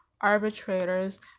arbitrators